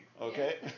Okay